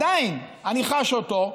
עדיין אני חש אותו,